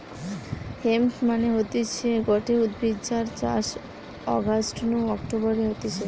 hemp মানে হতিছে গটে উদ্ভিদ যার চাষ অগাস্ট নু অক্টোবরে হতিছে